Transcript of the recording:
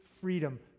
freedom